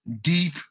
deep